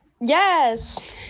yes